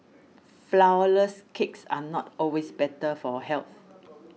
Flourless Cakes are not always better for health